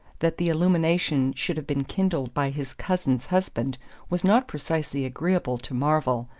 that the illumination should have been kindled by his cousin's husband was not precisely agreeable to marvell,